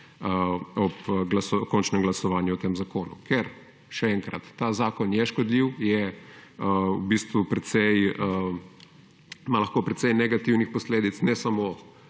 ob končnem glasovanju o tem zakonu. Ker, še enkrat, ta zakon je škodljiv, ima lahko precej negativnih posledic, ne samo